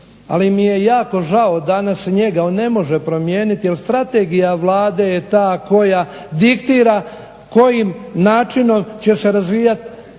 ali mi je jako žao danas njega, on ne može promijeniti, jel strategija Vlade je ta koja diktira kojim načinom će se razvijat